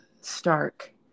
stark